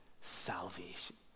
salvation